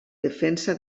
defensa